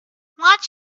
watch